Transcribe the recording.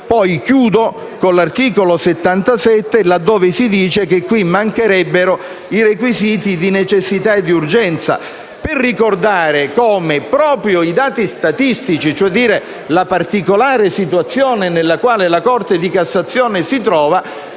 riferimento all'articolo 77, laddove si dice che mancherebbero i requisiti di necessità e urgenza, per ricordare come proprio i dati statistici, e cioè la particolare situazione nella quale la Corte di cassazione si trova,